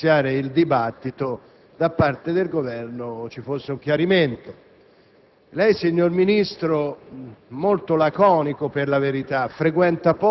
signor Ministro,